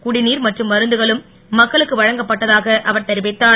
குடிநீர் மற்றும் மருந்துகளும் மக்களுக்கு வழங்கப்பட்டதாக அவர் தெரிவித்தார்